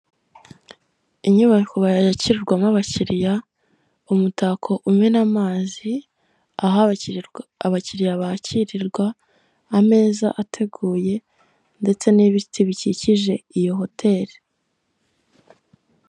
Inyubako yakirirwamo abakiliya, umutako umena amazi aho abakiliya bakirirwa, ameza ateguye ndetse n'ibiti bikikije iyo hoteli.